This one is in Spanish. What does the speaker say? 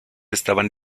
estaban